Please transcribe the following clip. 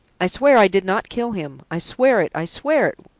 i swear i did not kill him! i swear it, i swear it!